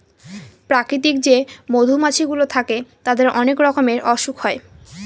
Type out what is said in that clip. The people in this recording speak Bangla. প্রাকৃতিক যে মধুমাছি গুলো থাকে তাদের অনেক রকমের অসুখ হয়